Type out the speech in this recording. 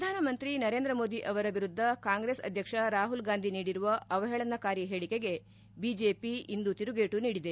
ಪ್ರಧಾನ ಮಂತ್ರಿ ನರೇಂದ್ರ ಮೋದಿ ಅವರ ವಿರುದ್ಧ ಕಾಂಗ್ರೆಸ್ ಅಧ್ಯಕ್ಷ ರಾಪುಲ್ ಗಾಂಧಿ ನೀಡಿರುವ ಅವಹೇಳನಕಾರಿ ಹೇಳಿಕೆಗೆ ಬಿಜೆಪಿ ಇಂದು ತಿರುಗೇಟು ನೀಡಿದೆ